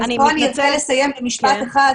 אני רוצה לסיים במשפט אחד,